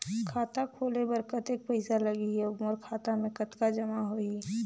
खाता खोले बर कतेक पइसा लगही? अउ मोर खाता मे कतका जमा होही?